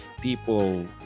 people